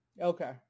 okay